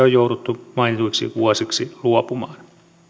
on jouduttu mainituiksi vuosiksi luopumaan